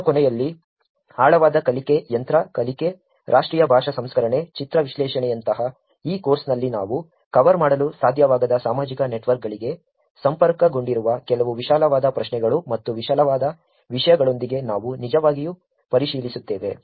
ಕೋರ್ಸ್ನ ಕೊನೆಯಲ್ಲಿ ಆಳವಾದ ಕಲಿಕೆ ಯಂತ್ರ ಕಲಿಕೆ ರಾಷ್ಟ್ರೀಯ ಭಾಷಾ ಸಂಸ್ಕರಣೆ ಚಿತ್ರ ವಿಶ್ಲೇಷಣೆಯಂತಹ ಈ ಕೋರ್ಸ್ನಲ್ಲಿ ನಾವು ಕವರ್ ಮಾಡಲು ಸಾಧ್ಯವಾಗದ ಸಾಮಾಜಿಕ ನೆಟ್ವರ್ಕ್ಗಳಿಗೆ ಸಂಪರ್ಕಗೊಂಡಿರುವ ಕೆಲವು ವಿಶಾಲವಾದ ಪ್ರಶ್ನೆಗಳು ಮತ್ತು ವಿಶಾಲವಾದ ವಿಷಯಗಳೊಂದಿಗೆ ನಾವು ನಿಜವಾಗಿಯೂ ಪರಿಶೀಲಿಸುತ್ತೇವೆ